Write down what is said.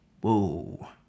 Whoa